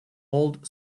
old